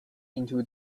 into